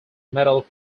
metal